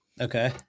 Okay